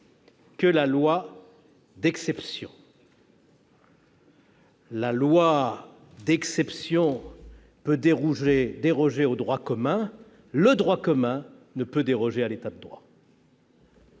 que la loi d'exception. La loi d'exception peut déroger au droit commun ; le droit commun ne peut déroger à l'État de droit.